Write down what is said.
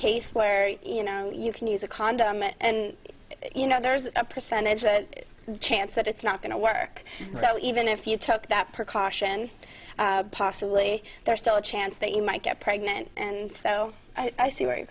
case where you know you can use a condom and you know there's a percentage that chance that it's not going to work so even if you took that precaution possibly there's still a chance that you might get pregnant and so i see where you're